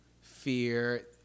fear